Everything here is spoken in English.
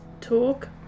talk